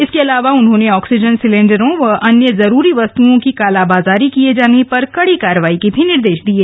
इसके अलावा उन्होंने आक्सीजन सिलेण्डरों व अन्य जरूरी वस्तुओं की कालाबाजारी किये जाने पर कड़ी कार्यवाही के निर्देश दिये